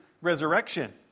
resurrection